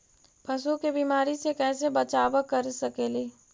पशु के बीमारी से कैसे बचाब कर सेकेली?